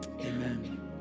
Amen